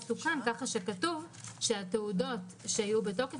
תוקן כך שכתוב שהתעודות שיהיו בתוקף,